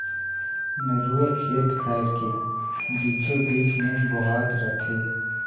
नरूवा खेत खायर के बीचों बीच मे बोहात रथे